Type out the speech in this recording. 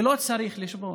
ולא צריך לשבור.